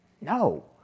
No